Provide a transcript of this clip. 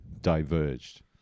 diverged